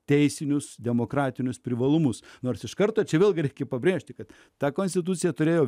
teisinius demokratinius privalumus nors iš karto čia vėlgi reikia pabrėžti kad ta konstitucija turėjo